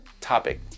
topic